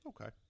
Okay